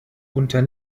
unter